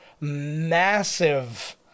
massive